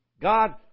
God